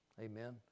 Amen